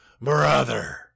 Brother